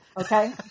Okay